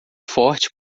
forte